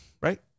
right